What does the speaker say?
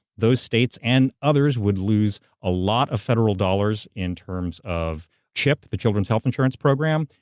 those states and others would lose a lot of federal dollars in terms of chip, the children's health insurance program,